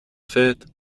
faite